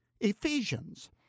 Ephesians